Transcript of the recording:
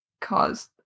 caused